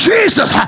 Jesus